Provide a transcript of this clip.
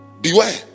Beware